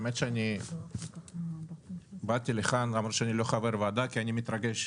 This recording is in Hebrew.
האמת שאני באתי לכאן למרות שאני לא חבר ועדה כי אני מתרגש,